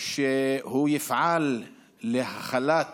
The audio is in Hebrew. שהוא יפעל להחלת